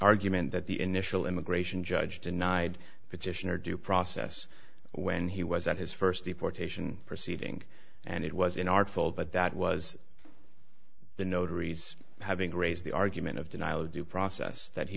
argument that the initial immigration judge denied it just in or due process when he was at his first deportation proceeding and it was an artful but that was the notary's having to raise the argument of denial of due process that he